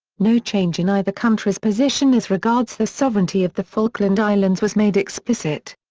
no change in either country's position as regards the sovereignty of the falkland islands was made explicit.